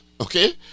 okay